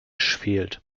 fehlt